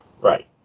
Right